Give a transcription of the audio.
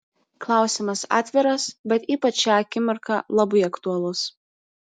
klausimas atviras bet ypač šią akimirką labai aktualus